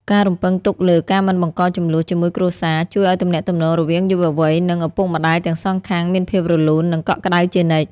ការរំពឹងទុកលើ "ការមិនបង្កជម្លោះជាមួយគ្រួសារ" ជួយឱ្យទំនាក់ទំនងរវាងយុវវ័យ និងឪពុកម្ដាយទាំងសងខាងមានភាពរលូន និងកក់ក្ដៅជានិច្ច។